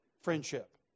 friendship